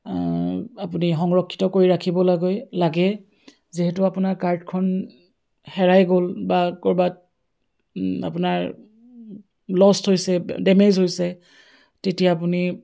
আপুনি সংৰক্ষিত কৰি ৰাখিব লাগে লাগে যিহেতু আপোনাৰ কাৰ্ডখন হেৰাই গ'ল বা ক'ৰবাত আপোনাৰ লষ্ট হৈছে ডেমেজ হৈছে তেতিয়া আপুনি